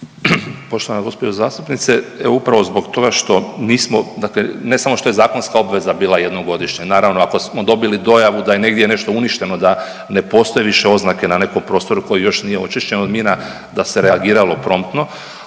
Poštovana gospođo zastupnice, evo upravo zbog toga što nismo, dakle ne samo što je zakonska obveza bila jednom godišnje. Naravno, ako smo dobili dojavu da je negdje nešto uništeno, da ne postoje više oznake na nekom prostoru koji još nije očišćen od mina, da se reagiralo promptno.